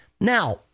Now